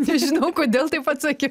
nežinau kodėl taip atsakiau